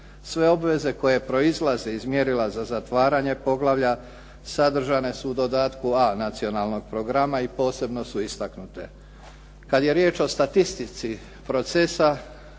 Sve obveze koje proizlaze iz mjerila za zatvaranje poglavlja, sadržane su u dodatku A nacionalnog programa i posebno su istaknute. Kada je riječ o statistici procesa